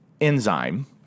enzyme